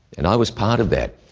and i was part of that.